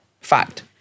Fact